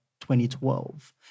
2012